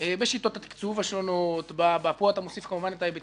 כלומר, החוק